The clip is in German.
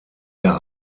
der